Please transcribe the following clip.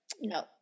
no